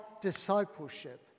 discipleship